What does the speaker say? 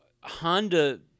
Honda